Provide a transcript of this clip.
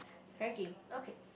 fair game okay